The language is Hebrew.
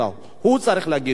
הוא צריך להגיד את זה.